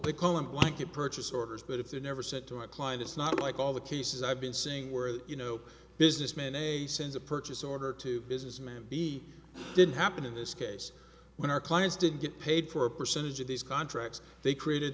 recall and blanket purchase orders but if they're never sent to a client it's not like all the cases i've been seeing where you know businessman a sends a purchase order to businessman b didn't happen in this case when our clients didn't get paid for a percentage of these contracts they created